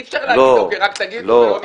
אי אפשר להגיד שרק יגיד ולא נתייחס.